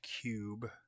cube